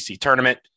tournament